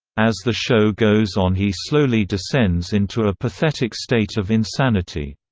as the show goes on he slowly descends into a pathetic state of insanity.